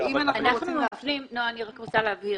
אני רוצה להבהיר: